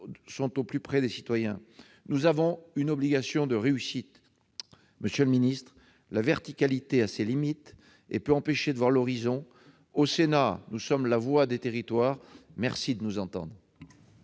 sont au plus près des citoyens. Nous avons une obligation de réussite. Monsieur le secrétaire d'État, la verticalité a ses limites et peut empêcher de voir l'horizon. Au Sénat, nous sommes la voix des territoires, merci de nous entendre